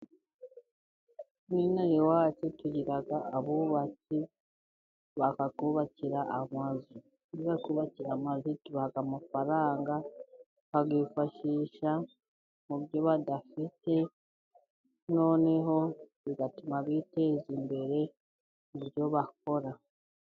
Nino aha iwacu tugira abubatsi bakatwubakira amazu, iyo batwubakiye amazu tubaha amafaranga bakayifashisha mu byo badafite ,noneho bigatuma biteza imbere mu byo bakora.